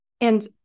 And-